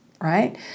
right